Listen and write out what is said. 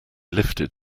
lifted